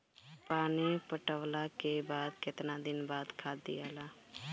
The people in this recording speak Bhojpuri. पानी पटवला के बाद केतना दिन खाद दियाला?